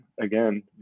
again